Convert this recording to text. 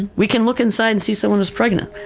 we can look inside and see someone who's pregnant.